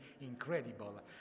incredible